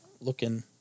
looking